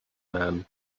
man